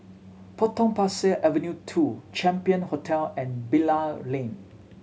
Potong Pasir Avenue Two Champion Hotel and Bilal Lane